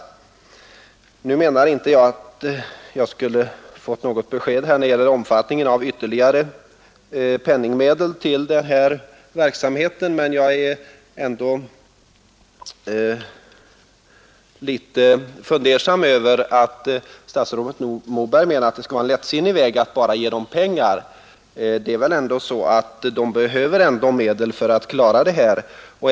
RDR Jag menar inte att jag nu skulle ha fått något besked när det gäller Om åtgärder för att omfattningen av ytterligare penningmedel till verksamheten, men jag har ekonomiskt under nog blivit litet fundersam över att statsrådet Moberg hävdar att det skulle lätta för skogsägare vara en lättsinnig väg att bara ge folkhögskolorna pengar. Folkhögskolor = att tillvarataga na behöver medel för att kunna fortsätta.